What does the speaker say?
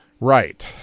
Right